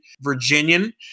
Virginian